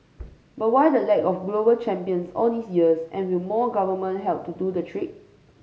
but why the lack of global champions all these years and will more government help to do the trick